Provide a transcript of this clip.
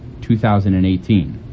2018